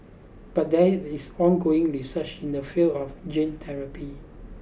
but there is ongoing research in the field of gene therapy